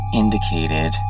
indicated